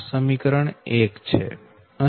આ સમીકરણ 1 છે